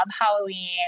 Halloween